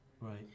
right